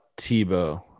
Tebow